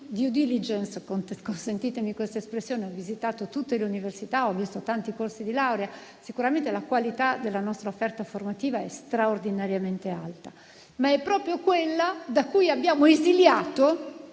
*due diligence -* consentitemi questa espressione - ho visitato tutte le università, ho visto tanti corsi di laurea e sicuramente la qualità della nostra offerta formativa è straordinariamente alta. È proprio quella da cui abbiamo esiliato